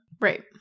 Right